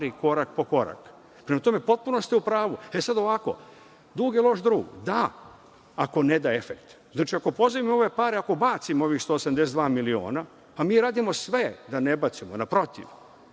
korak po korak. Prema tome, potpuno ste u pravu. Dug je loš drug. Da, ako ne da efekte. Znači, ako pozajmimo ove pare, ako bacimo ovih 182 miliona, a mi radimo sve da ne bacimo, naprotiv,